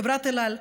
חברת אל על,